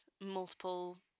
multiple